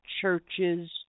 churches